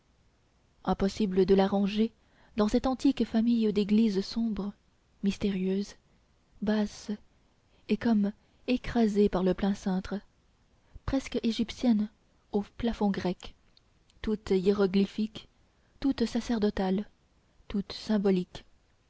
impossible de la ranger dans cette antique famille d'églises sombres mystérieuses basses et comme écrasées par le plein cintre presque égyptiennes au plafond près toutes hiéroglyphiques toutes sacerdotales toutes symboliques